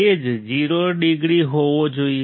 phase 0 degree હોવો જોઈએ